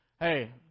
Hey